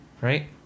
right